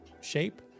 shape